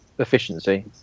efficiency